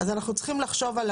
אנחנו צריכים לחשוב על